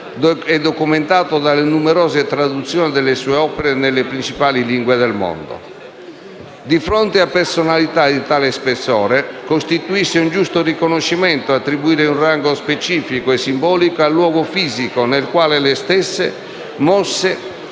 documentato dalle numerose traduzioni delle sue opere nelle principali lingue del mondo. Di fronte a personalità di tale spessore, costituisce un giusto riconoscimento attribuire un rango specifico e simbolico al luogo fisico nel quale le stesse mossero